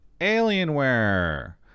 Alienware